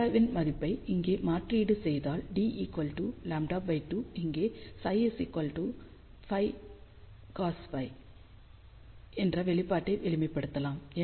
δ இன் மதிப்பை இங்கே மாற்றீடு செய்தால் dλ2 இங்கே ψ π cosϕ என்ற வெளிப்பாட்டை எளிமைப்படுத்தலாம்